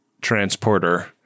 transporter